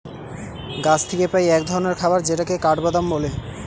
গাছ থিকে পাই এক ধরণের খাবার যেটাকে কাঠবাদাম বলে